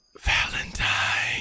Valentine